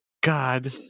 God